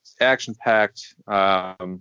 action-packed